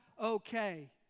okay